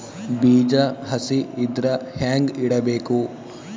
ಬೀಜ ಹಸಿ ಇದ್ರ ಹ್ಯಾಂಗ್ ಇಡಬೇಕು?